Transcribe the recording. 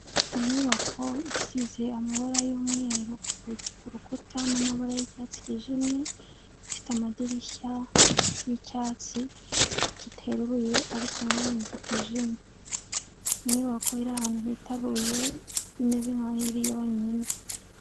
Inyubako isize amabara y'umweru kuru rukuta, n'amabara y'icyatsi cyijimye, ifite amadirishya yicyatsi kiteruye ariko na none kitijimye, inyubako iri ahantu hitaruye imeze nk'aho iri yonyine.